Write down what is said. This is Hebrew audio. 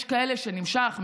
יש כאלה ששלהם הוא נמשך,